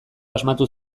asmatu